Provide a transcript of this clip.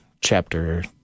Chapter